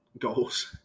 goals